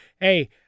hey